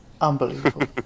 Unbelievable